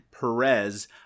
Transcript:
Perez